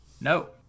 No